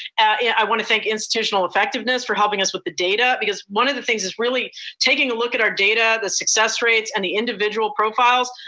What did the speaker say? i want to thank institutional effectiveness for helping us with the data, because one of the things really taking a look at our data, the success rates, and the individual profiles,